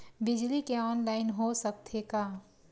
बिजली के ऑनलाइन हो सकथे का?